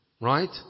Right